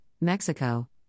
Mexico